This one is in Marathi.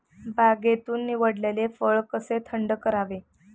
बागेतून निवडलेले फळ कसे थंड करावे?